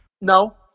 no